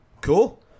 Cool